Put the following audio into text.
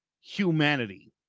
humanity